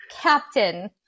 Captain